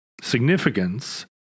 significance